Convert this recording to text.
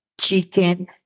chicken